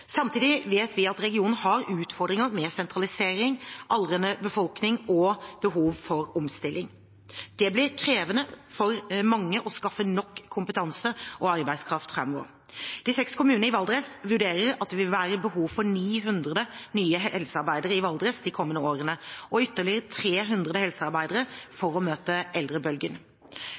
Samtidig vet vi at regionen har utfordringer med sentralisering, aldrende befolkning og behov for omstilling. Det blir krevende for mange å skaffe nok kompetanse og arbeidskraft framover. De seks kommunene i Valdres vurderer at det vil være behov for 900 nye helsearbeidere i Valdres de kommende årene og ytterligere 300 helsearbeidere for å møte eldrebølgen